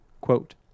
quote